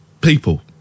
people